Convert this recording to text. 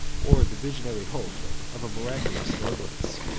or the visionary hope of a miraculous deliverance.